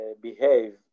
behave